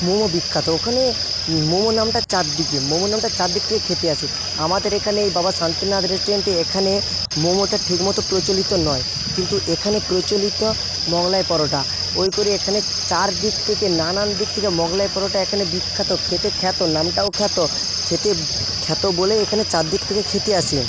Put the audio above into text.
মোমো বিখ্যাত ওখানে মোমো নামটা চারদিকে মোমো নামটা চারদিক থেকে খেতে আসে আমাদের এখানে বাবা শান্তিনাথ রেস্টুরেন্টে এখানে মোমোটা ঠিকমতো প্রচলিত নয় কিন্তু এখানে প্রচলিত মোগলাই পরোটা ওই করে এখানে চারদিক থেকে নানান দিক থেকে মোগলাই পরোটা এখানে বিখ্যাত খেতে খ্যাত নামটাও খ্যাত খেতে খ্যাত বলেই এখানে চারদিক থেকে খেতে আসে